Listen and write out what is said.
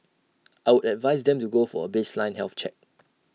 I would advise them to go for A baseline health check